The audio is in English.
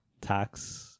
tax